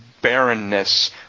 barrenness